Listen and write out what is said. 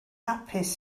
hapus